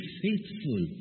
faithful